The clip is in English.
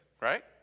right